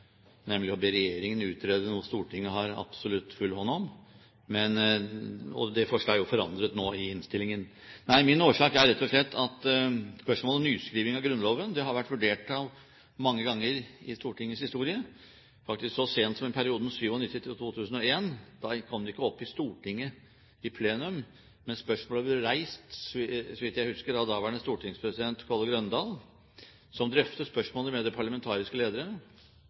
nemlig å be regjeringen utrede noe Stortinget har absolutt full hånd om. Det forslaget er jo nå forandret i innstillingen. Nei, årsaken er rett og slett at spørsmålet om nyskriving av Grunnloven har vært vurdert mange ganger i Stortingets historie – faktisk så sent som i perioden 1997–2001. Da kom det ikke opp i plenum i Stortinget, men spørsmålet ble reist – så vidt jeg husker – av daværende stortingspresident Kolle Grøndahl, som drøftet spørsmålet med alle de parlamentariske